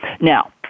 Now